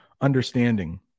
understanding